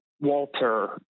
Walter